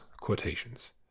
quotations